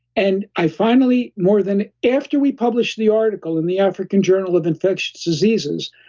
and i finally, more than after we published the article in the african journal of infectious diseases,